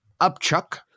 upchuck